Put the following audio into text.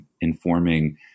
informing